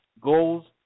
goals